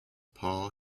paul